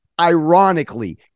Ironically